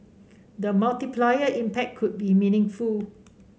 the multiplier impact could be meaningful